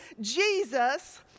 Jesus